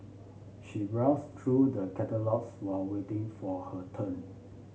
she browsed through the catalogues while waiting for her turn